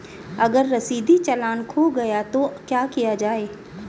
अगर रसीदी चालान खो गया तो क्या किया जाए?